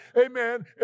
amen